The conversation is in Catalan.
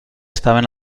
estaven